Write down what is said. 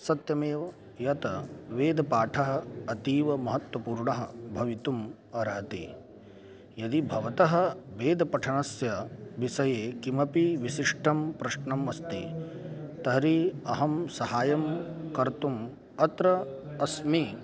सत्यमेव यत् वेदपाठः अतीवमहत्वपूर्णः भवितुम् अर्हति यदि भवतः वेदपठनस्य विषये किमपि विशिष्टं प्रश्नम् अस्ति तर्हि अहं सहायं कर्तुम् अत्र अस्मि